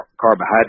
carbohydrates